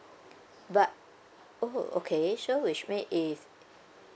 but oh okay so which mean if